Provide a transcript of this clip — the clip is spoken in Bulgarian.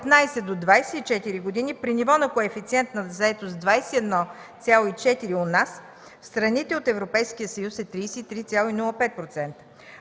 от 15 до 24 години при ниво на коефициент на заетост 21,4% у нас, в страните от Европейския съюз е 33,05%.